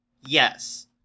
Yes